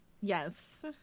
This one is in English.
Yes